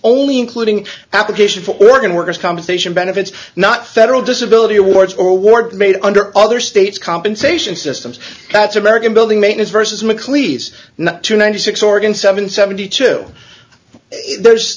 only including application for organ worker's compensation benefits not federal disability awards or award made under other states compensation systems that's american building maintenance versus macleish not to ninety six organ seven seventy two there's